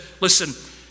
listen